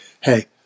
hey